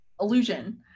illusion